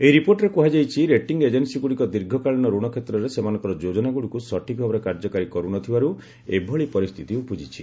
ଏହି ରିପୋର୍ଟରେ କୁହାଯାଇଛି ରେଟିଂ ଏଜେନ୍ସୀଗୁଡ଼ିକ ଦୀର୍ଘକାଳୀନ ରଣ କ୍ଷେତ୍ରରେ ସେମାନଙ୍କର ଯୋଜନାଗୁଡ଼ିକୁ ସଠିକ୍ ଭାବରେ କାର୍ଯ୍ୟକାରୀ କରୁନଥିବାରୁ ଏଭଳି ପରିସ୍ଥିତି ଉପୁଜିଛି